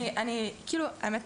אני, האמת,